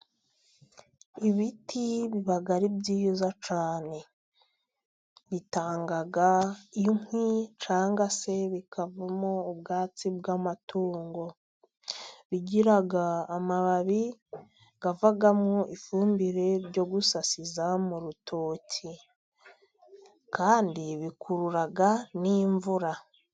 Ibiti biba ari byiza cyane, bitanga inkwi cyangwa se bikavamo ubwatsi bw'amatungo, bigira amababi avamo ifumbire yo gusasiza mu rutoki kandi bikurura n'imvura.